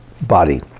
body